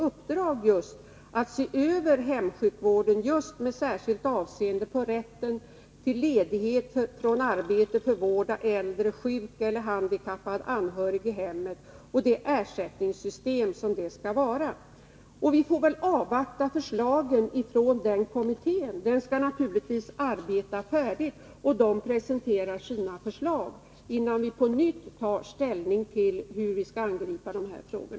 Uppdraget är att se över hemsjukvården särskilt med avseende på rätten till ledighet från arbete för vård av äldre, sjuk eller handikappad, anhörig i hemmet och ersättningssystemet i detta sammanhang. Vi får väl avvakta kommitténs förslag. Den skall naturligtvis arbeta färdigt och presentera sina förslag, innan vi på nytt tar ställning till hur vi skall angripa dessa frågor.